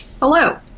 Hello